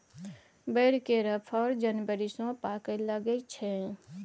बैर केर फर जनबरी सँ पाकय लगै छै